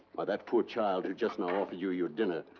why that poor child who just now offered you your dinner.